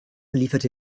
lieferte